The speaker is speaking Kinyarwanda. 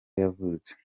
yavutse